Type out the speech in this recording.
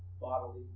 bodily